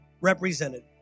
represented